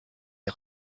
est